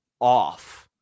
off